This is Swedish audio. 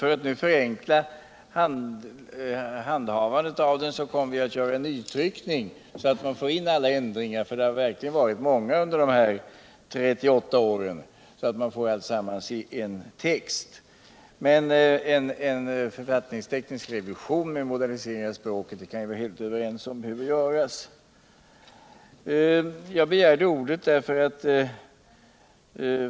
För att förenkla handhavandet av förordningen kommer vi att göra en nytryckning så att man får in alla ändringar, för de har verkligen varit många under dessa 38 år, och man får alltsammans i en text. Men att en författningsteknisk revision med modernisering av språket behöver göras kan vi vara helt överens om.